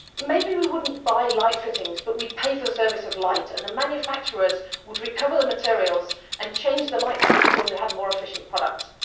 maybe we wouldn't buy light fittings, but we'd pay for the service of light, and the manufacturers would recover the materials and change the light fittings when we had more efficient products.